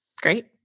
great